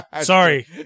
Sorry